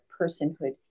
personhood